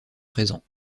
présents